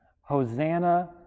Hosanna